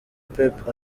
pep